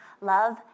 love